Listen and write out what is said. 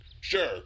Sure